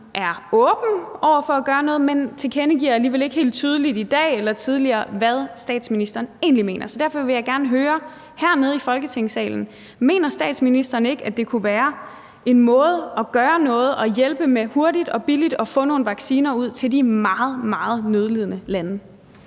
er åben over for at gøre noget, men tilkendegiver alligevel ikke helt tydeligt, hverken i dag eller tidligere, hvad statsministeren egentlig mener. Derfor vil jeg gerne høre her i Folketingssalen: Mener statsministeren ikke, at det kunne være en måde at gøre noget ved at hjælpe med hurtigt og billigt at få nogle vacciner ud til de meget, meget nødlidende lande?